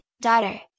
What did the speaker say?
daughter